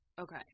Okay